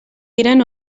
diren